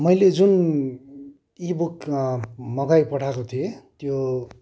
मैले जुन इबुक मगाइपठाएको थिएँ त्यो